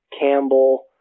Campbell